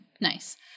nice